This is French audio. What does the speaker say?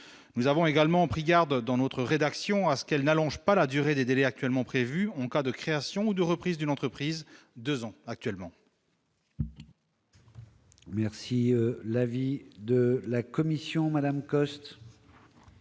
nous avons également pris garde dans notre rédaction à ce qu'elle n'allonge pas la durée des délais actuellement prévus, ou encore de création ou de reprise d'une entreprise 2 ans actuellement.